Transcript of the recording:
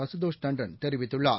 அசுதோஷ் தாண்டன் தெரிவித்துள்ளார்